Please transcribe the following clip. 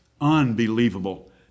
Unbelievable